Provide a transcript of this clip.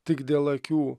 tik dėl akių